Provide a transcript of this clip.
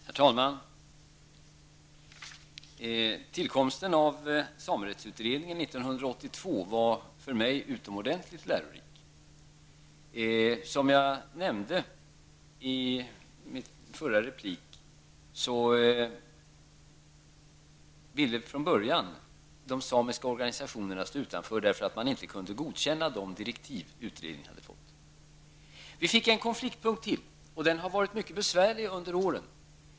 Herr talman! Tillkomsten av samerättsutredningen år 1982 var för mig utomordentligt lärorikt. Som jag nämnde i mitt förra inlägg ville de samiska organisationerna från början stå utanför därför att de inte kunde godkänna de direktiv som utredningen hade fått. Vi fick en konfliktpunkt till, och den har varit mycket besvärlig under åren.